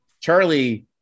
Charlie